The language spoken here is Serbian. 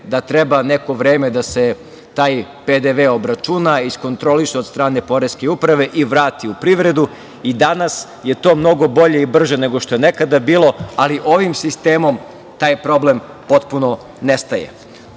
da treba neko vreme da se taj PDV obračuna i iskontroliše od strane poreske uprave i vrati u privredu. Danas je to mnogo bolje i brže nego što je nekada bilo, ali ovim sistemom taj problem potpuno nestaje. Inače,